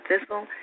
Thistle